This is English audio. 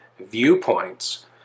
viewpoints